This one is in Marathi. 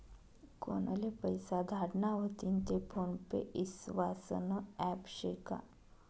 कोनले पैसा धाडना व्हतीन ते फोन पे ईस्वासनं ॲप शे का?